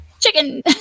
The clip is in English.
chicken